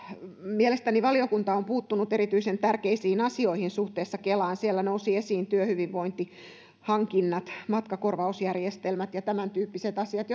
mielestäni valiokunta on puuttunut erityisen tärkeisiin asioihin suhteessa kelaan siellä nousivat esiin työhyvinvointihankinnat matkakorvausjärjestelmät ja tämäntyyppiset asiat